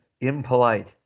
impolite